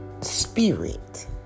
spirit